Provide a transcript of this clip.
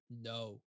No